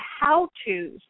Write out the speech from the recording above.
how-tos